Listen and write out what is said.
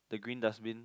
the green dustbin